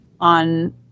on